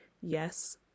Yes